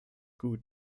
gut